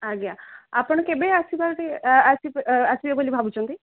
ଆଜ୍ଞା ଆପଣ କେବେ ଆସିବାର ଆସିବେ ଆସିବେ ବୋଲି ଭାବୁଛନ୍ତି